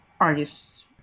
artist's